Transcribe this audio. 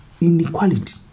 inequality